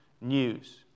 news